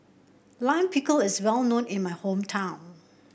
Lime Pickle is well known in my hometown